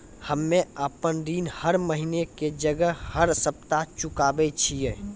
हम्मे आपन ऋण हर महीना के जगह हर सप्ताह चुकाबै छिये